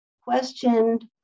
questioned